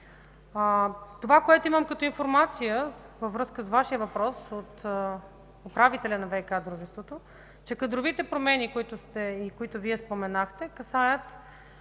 Това, което имам като информация във връзка с Вашия въпрос от управителя на ВиК дружеството, е, че кадровите промени, които Вие споменахте, касаят